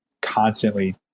constantly